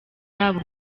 yabo